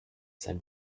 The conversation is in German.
sein